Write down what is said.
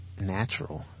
natural